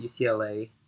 UCLA